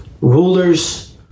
rulers